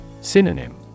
Synonym